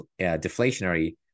deflationary